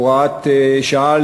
הוראת שעה